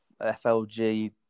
FLG